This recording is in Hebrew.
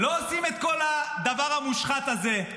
לא עושים את כל הדבר המושחת הזה.